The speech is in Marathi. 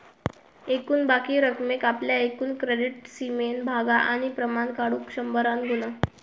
एकूण बाकी रकमेक आपल्या एकूण क्रेडीट सीमेन भागा आणि प्रमाण काढुक शंभरान गुणा